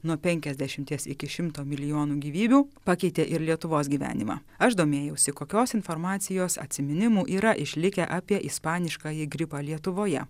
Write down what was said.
nuo penkiasdešimties iki šimto milijonų gyvybių pakeitė ir lietuvos gyvenimą aš domėjausi kokios informacijos atsiminimų yra išlikę apie ispaniškąjį gripą lietuvoje